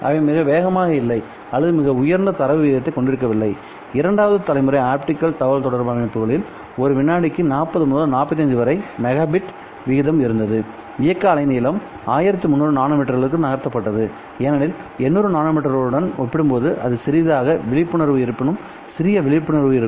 அவை மிக வேகமாக இல்லை அல்லது மிக உயர்ந்த தரவு வீதத்தைக் கொண்டிருக்கவில்லை இரண்டாவது தலைமுறை ஆப்டிகல் தகவல்தொடர்பு அமைப்புகளில் ஒரு வினாடிக்கு 40 முதல் 45 வரை மெகாபிட் விகிதம் இருந்தது இயக்க அலை நீளம் 1300 நானோமீட்டர்களுக்கு நகர்த்தப்பட்டது ஏனெனில் 800 நானோமீட்டர்களுடன் ஒப்பிடும்போது அது சிறியதாகவிழிப்புணர்வு இருப்பினும் சிறிய விழிப்புணர்வு இருக்கும்